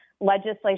legislation